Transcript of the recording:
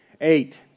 Eight